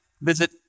Visit